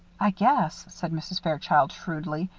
i guess, said mrs. fairchild, shrewdly,